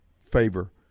favor